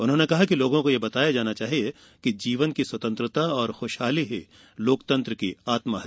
उन्होंने कहा कि लोगों को यह बताया जाना चाहिये कि जीवन स्वतंत्रता और खुशहाली लोकतंत्र की आत्मा है